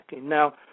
Now